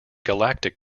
galactic